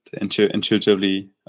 intuitively